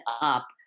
up